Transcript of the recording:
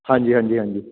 ਹਾਂਜੀ ਹਾਂਜੀ ਹਾਂਜੀ